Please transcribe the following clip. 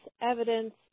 evidence